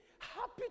happy